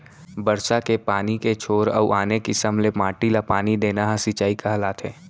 बरसा के पानी के छोर अउ आने किसम ले माटी ल पानी देना ह सिंचई कहलाथे